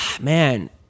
man